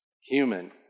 human